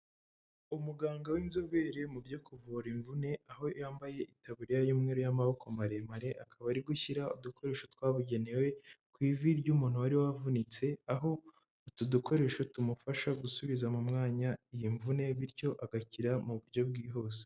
Umuganga w'inzobere mu byo kuvura imvune aho yambaye itaburiya y'umweru y'amaboko maremare akaba ari gushyira udukoresho twabugenewe ku ivi ry'umuntu wari wavunitse aho utu dukoresho tumufasha gusubiza mu mwanya iyo mvune bityo agakira mu buryo bwihuse.